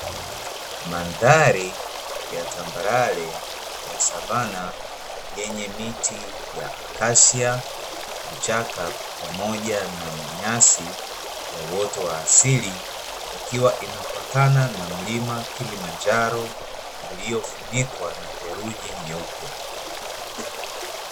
Mandhari ya tambarare ya savana, yenye miti ya akasia, vichaka pamoja na manyasi, uoto wa asili, ikiwa inapakana na mlima Kilimanjaro uliofunikwa na theruji nyeupe.